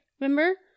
Remember